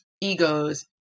egos